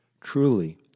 Truly